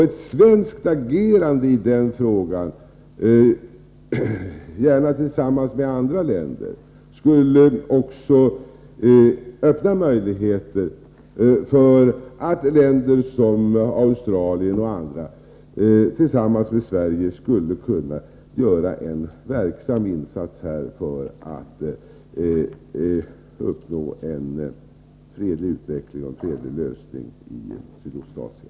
Ett svenskt agerande i den frågan — gärna tillsammans med andra länder — skulle också öppna möjligheter för länder som Australien att tillsammans med Sverige göra en verksam insats för att åstadkomma en fredlig utveckling och uppnå en fredlig lösning i Sydostasien.